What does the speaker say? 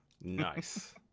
nice